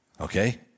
Okay